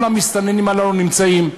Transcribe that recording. כל המסתננים הללו נמצאים,